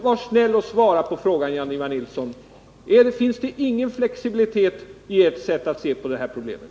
Var snäll och svara på frågan, Jan-Ivan Nilsson, om det finns någon flexibilitet i ert sätt att se på problemet.